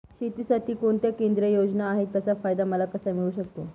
शेतीसाठी कोणत्या केंद्रिय योजना आहेत, त्याचा फायदा मला कसा मिळू शकतो?